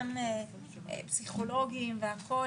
גם פסיכולוגיים והכול,